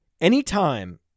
Anytime